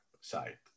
side